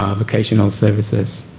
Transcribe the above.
um vocational services.